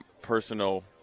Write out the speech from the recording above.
personal